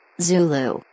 Zulu